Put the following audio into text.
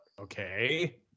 Okay